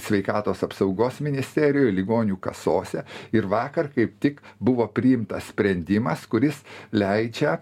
sveikatos apsaugos ministerijoj ligonių kasose ir vakar kaip tik buvo priimtas sprendimas kuris leidžia